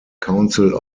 council